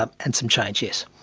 um and some change, yes.